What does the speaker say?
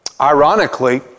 Ironically